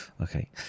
Okay